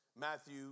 Matthew